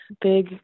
big